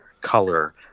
color